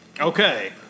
Okay